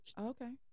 Okay